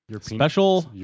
Special